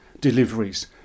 deliveries